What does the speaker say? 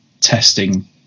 testing